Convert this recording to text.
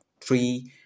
three